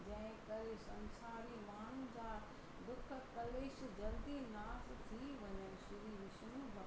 जैं करे संसारी माण्हुनि जा दुख कलेश जल्दी नास थी वञनि श्री विष्नु भॻिवानु